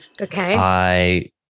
Okay